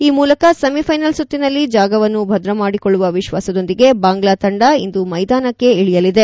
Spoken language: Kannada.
ಈ ಮೂಲಕ ಸೆಮಿಫೈನಲ್ ಸುತ್ತಿನಲ್ಲಿ ಜಾಗವನ್ನು ಭದ್ರ ಮಾಡಿಕೊಳ್ಳುವ ವಿಶ್ವಾಸದೊಂದಿಗೆ ಬಾಂಗ್ಲಾ ತೆಂಡ ಇಂದು ಮೈದಾನಕ್ಕೆ ಇಳಿಯಲಿದೆ